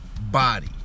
body